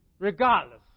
Regardless